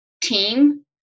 team